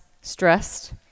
stressed